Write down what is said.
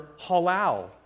halal